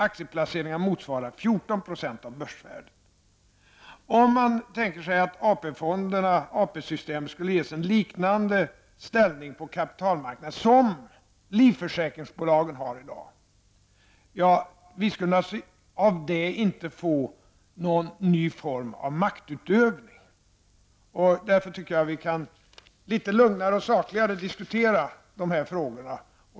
Aktieplaceringen motsvarar Om man tänker sig att systemet med AP-fonder skulle ges en liknande ställning på kapitalmarkanden som livförsäkringsbolagen har i dag, skulle inte detta innebära någon ny form av maktutövning. Jag anser därför att vi kan diskutera de här frågorna litet lugnare och sakligare.